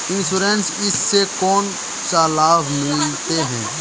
Insurance इस से कोन सा लाभ मिले है?